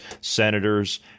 senators